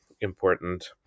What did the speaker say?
important